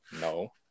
No